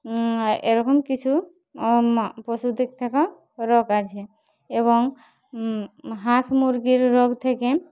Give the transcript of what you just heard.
এরকম কিছু পশুদের থেকেও রোগ আসে এবং হাঁস মুরগির রোগ থেকে